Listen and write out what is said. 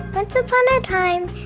once upon a time,